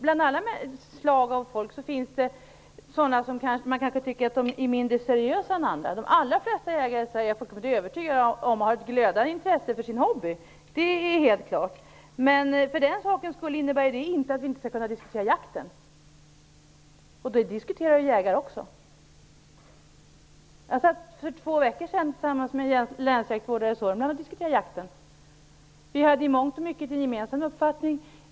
Bland alla slag av människor finns det sådana som man kanske tycker är litet mindre seriösa än andra. Jag är fullkomligt övertygad om att de allra flesta jägare har ett glödande intresse för sin hobby. Men det innebär ju inte att vi för den skull inte skall kunna diskutera jakten. I det sammanhanget diskuterar vi jägare också. För två veckor sedan satt jag och länsrådet i Sörmland och diskuterade jakten. Vi hade i mångt och mycket en gemensam uppfattning.